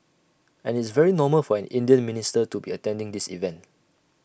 and IT is very normal for an Indian minister to be attending this event